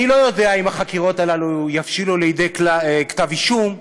אני לא יודע אם החקירות הללו יבשילו לכדי כתב אישום פלילי,